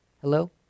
Hello